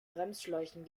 bremsschläuchen